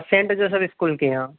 Saint Joseph school के यहाँ